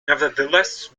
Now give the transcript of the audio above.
nevertheless